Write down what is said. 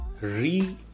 re